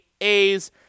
A's